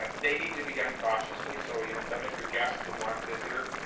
but they need to be done cautiously so you limit your guests to one visitor.